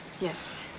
Yes